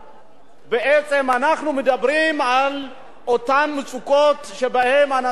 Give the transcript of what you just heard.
בעצם אנחנו מדברים על אותן מצוקות שבהן אנשים חיים,